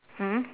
mm